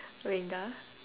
lingal